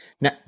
Now